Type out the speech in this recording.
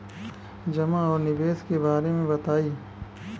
जमा और निवेश के बारे मे बतायी?